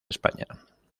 españa